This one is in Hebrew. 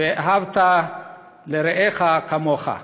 "ואהבת לרעך כמוך".